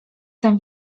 sam